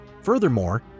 Furthermore